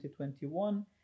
2021